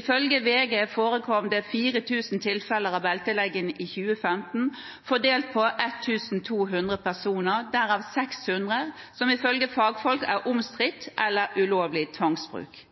Ifølge VG forekom det 4 000 tilfeller av beltelegging i 2015, fordelt på 1 200 personer, derav ca. 650 som ifølge fagfolk er omstridt eller ulovlig tvangsbruk.